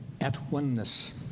at-oneness